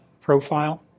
profile